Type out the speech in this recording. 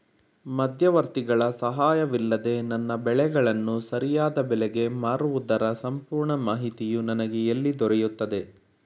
ಮಧ್ಯವರ್ತಿಗಳ ಸಹಾಯವಿಲ್ಲದೆ ನನ್ನ ಬೆಳೆಗಳನ್ನು ಸರಿಯಾದ ಬೆಲೆಗೆ ಮಾರುವುದರ ಸಂಪೂರ್ಣ ಮಾಹಿತಿಯು ನನಗೆ ಎಲ್ಲಿ ದೊರೆಯುತ್ತದೆ?